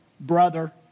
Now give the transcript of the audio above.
brother